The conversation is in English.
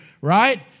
Right